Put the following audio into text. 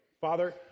Father